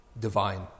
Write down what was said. divine